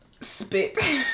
spit